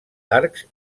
arcs